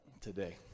today